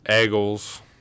Eagles